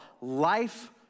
life